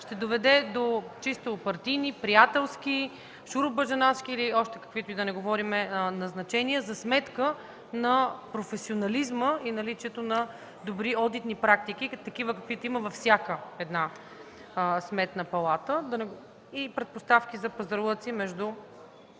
ще доведе до чисто партийни, приятелски, шуробаджанашки или още каквито и да е назначения за сметка на професионализма и наличието на добри одитни практики, каквито има във всяка Сметна палата, и предпоставки за пазарлъци между